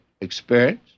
experience